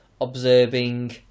observing